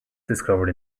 discovered